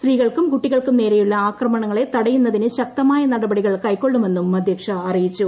സ്ത്രീകൾക്കും കുട്ടികൾക്കും നേരെയുള്ള ആക്രമണങ്ങളെ തടയുന്നതിന് ശക്തമായ നടപടികൾ കൈക്കൊള്ളുമെന്നും അധ്യക്ഷ അറിയിച്ചു